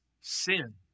sin